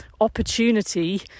opportunity